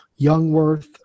Youngworth